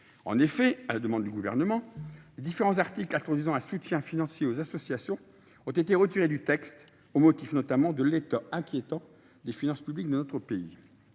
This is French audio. En effet, à la demande du Gouvernement, différents articles introduisant un soutien financier aux associations ont été retirés du texte, au motif de l’état inquiétant des finances publiques de notre pays.